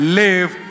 live